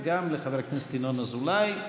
וגם לחבר הכנסת ינון אזולאי,